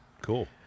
Cool